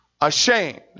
ashamed